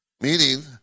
meaning